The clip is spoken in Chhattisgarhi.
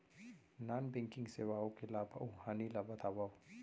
नॉन बैंकिंग सेवाओं के लाभ अऊ हानि ला बतावव